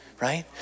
right